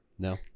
No